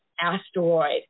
asteroid